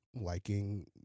liking